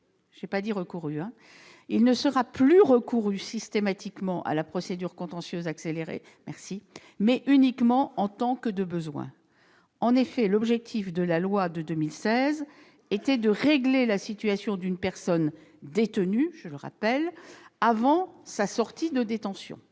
En premier lieu, il ne sera plus recouru systématiquement à la procédure contentieuse accélérée, mais uniquement en tant que de besoin. En effet, l'objectif de la loi de 2016 était de régler la situation d'une personne détenue, je le rappelle, avant sa sortie de détention.